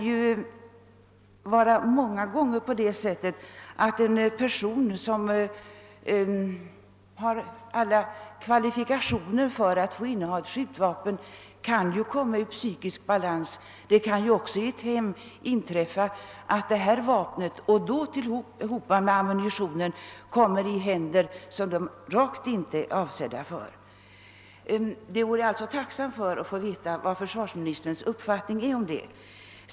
Ja, visst kan det hända att en person som har alla kvalifikationer för att få inneha ett skjutvapen kommer ur psykisk balans och därigenom kan komma att missbruka vapnet. Men risk finns också att vapen som förvaras tillsammans med ammunition kommer i händer som det rakt inte är avsett för. Jag vore alltså tacksam för att få höra försvarsministerns uppfattning om detta.